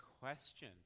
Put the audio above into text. question